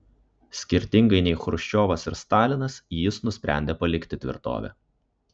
skirtingai nei chruščiovas ir stalinas jis nusprendė palikti tvirtovę